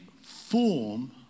form